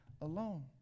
alone